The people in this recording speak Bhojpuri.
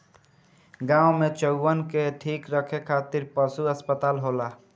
गाँव में चउवन के ठीक रखे खातिर पशु अस्पताल होला